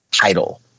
title